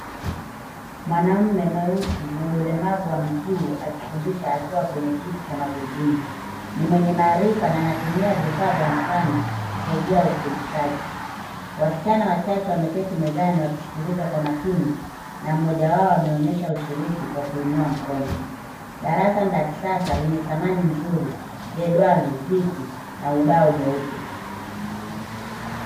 Mwanaume mweusi mwenye ulemavu wa miguu akifundisha akiwa kwenye kiti cha magurudumu. Ni mwenye maarifa na anatumia vifaa vya mfano kusaidia ufundishaji. Wasichana wachache wameketi mezani wakiskiliza kwa makini na mmoja wao ameonyesha ushiriki kwa kuinua mkono. Darasa ni la kisasa lenye samani nzuri, jedwali, viti na ubao mweupe.